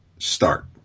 start